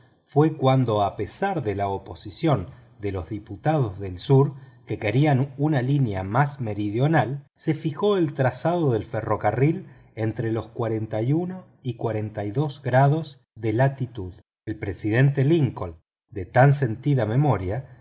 fue cuando a pesar de la oposición de los diputados del sur que querían una línea más meridional se fijó el trazado del ferrocarril entre los y grados de latitud el presidente lincoln de tan sentida memoria